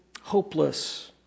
hopeless